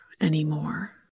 anymore